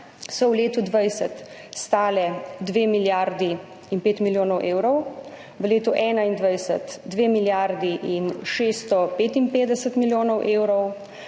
so v letu 2020 stale 2 milijardi in 5 milijonov evrov, v letu 2021 2 milijardi in 655 milijonov evrov,